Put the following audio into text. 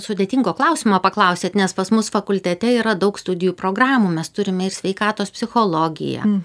sudėtingo klausimo paklausėt nes pas mus fakultete yra daug studijų programų mes turime ir sveikatos psichologiją